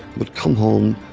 would come home,